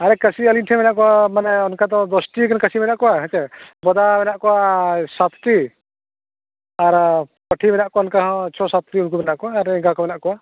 ᱦᱮᱸ ᱠᱟᱹᱥᱤ ᱟᱹᱞᱤᱧ ᱴᱷᱮᱱ ᱢᱮᱱᱟᱜ ᱠᱚᱣᱟ ᱢᱟᱱᱮ ᱚᱱᱠᱟᱫᱚ ᱫᱚᱥᱴᱤ ᱜᱟᱱ ᱠᱟᱹᱥᱤ ᱢᱮᱱᱟᱜ ᱠᱚᱣᱟ ᱦᱮᱸ ᱥᱮ ᱵᱚᱫᱟ ᱢᱮᱱᱟᱜ ᱠᱚᱣᱟ ᱥᱟᱛᱴᱤ ᱟᱨ ᱯᱟᱹᱴᱷᱤ ᱢᱮᱱᱟᱜ ᱠᱚᱣᱟ ᱚᱱᱠᱟ ᱦᱚᱸ ᱪᱷᱚ ᱥᱟᱛᱴᱤ ᱢᱮᱱᱟᱜ ᱠᱚᱣᱟ ᱟᱨ ᱮᱸᱜᱟ ᱠᱚ ᱢᱮᱱᱟᱜ ᱠᱚᱣᱟ